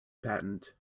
patent